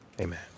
amen